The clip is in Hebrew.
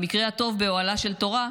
במקרה הטוב באוהלה של תורה,